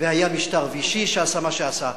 והיה משטר וישי שעשה מה שעשה.